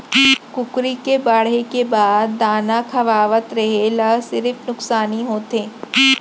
कुकरी के बाड़हे के बाद दाना खवावत रेहे ल सिरिफ नुकसानी होथे